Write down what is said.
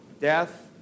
death